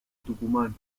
tucumán